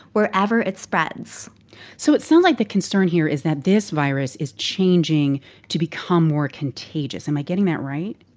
wherever it spreads so it sounds like the concern here is that this virus is changing to become more contagious. am i getting that right?